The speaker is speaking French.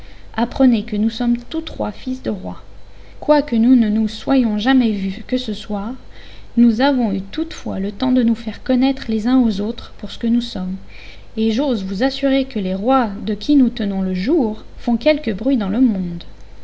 apprenez que nous sommes tous trois fils de rois quoique nous ne nous soyons jamais vus que ce soir nous avons eu toutefois le temps de nous faire connaître les uns aux autres pour ce que nous sommes et j'ose vous assurer que les rois de qui nous tenons le jour font quelque bruit dans le monde